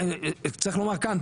צריך לומר כאן,